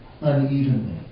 unevenly